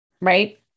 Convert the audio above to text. right